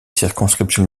circonscriptions